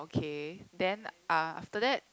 okay then after that